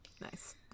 Nice